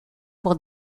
pour